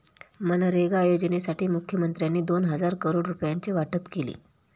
मनरेगा योजनेसाठी मुखमंत्र्यांनी दोन हजार करोड रुपयांचे वाटप केले